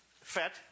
FET